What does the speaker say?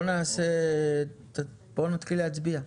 נתחיל להצביע.